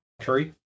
Curry